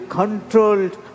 controlled